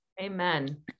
Amen